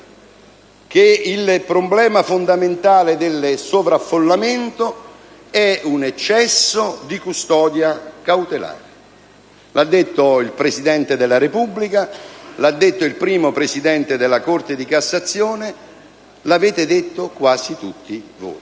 che il problema fondamentale del sovraffollamento è un eccesso di custodia cautelare. Lo ha detto il Presidente della Repubblica, lo ha detto il primo presidente della Corte di cassazione, l'avete detto quasi tutti voi.